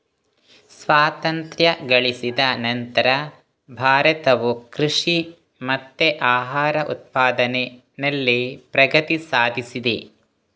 ಸ್ವಾತಂತ್ರ್ಯ ಗಳಿಸಿದ ನಂತ್ರ ಭಾರತವು ಕೃಷಿ ಮತ್ತೆ ಆಹಾರ ಉತ್ಪಾದನೆನಲ್ಲಿ ಪ್ರಗತಿ ಸಾಧಿಸಿದೆ